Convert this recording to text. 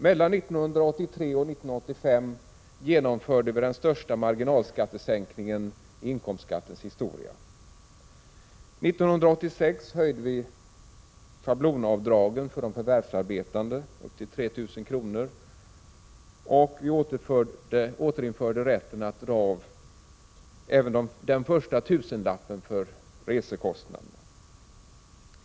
Mellan 1983 och 1985 genomförde vi den största marginalskattesänkningen i inkomstskattens historia. 1986 höjde vi schablonavdraget för förvärvsarbetande upp till 3 000 kr. och vi återinförde rätten att dra av även den första tusenlappen för resekostnader.